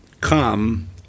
come